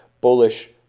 bullish